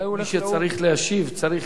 אולי הוא הולך, מי שצריך להשיב צריך